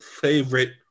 favorite